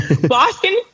Boston